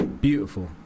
Beautiful